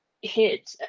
hit